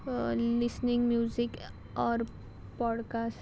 listening music or podcast